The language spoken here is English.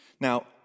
Now